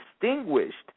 distinguished